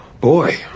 Boy